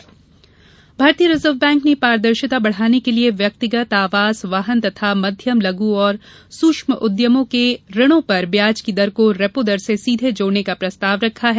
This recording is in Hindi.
रिजर्व बैंक भारतीय रिज़र्व बैंक ने पारदर्शिता बढ़ाने के लिए व्यक्तिगत आवास वाहन तथा मध्यम लघु और सूक्ष्म उद्यमों के ऋण पर ब्याज की दर को रेपो दर से सीधे जोड़ने का प्रस्ताव रखा है